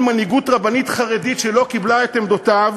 מנהיגות רבנית חרדית שלא קיבלה את עמדותיו,